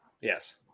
Yes